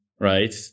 right